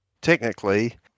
Technically